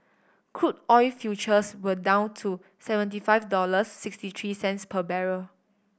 crude oil futures were down to seventy five dollars sixty three cents per barrel